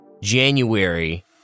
January